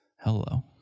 Hello